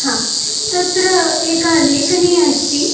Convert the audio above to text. हा तत्र एका लेकनी अस्ति